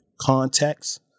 context